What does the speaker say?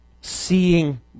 seeing